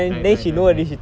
right right right